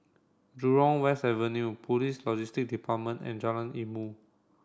Jurong West Avenue Police Logistics Department and Jalan Ilmu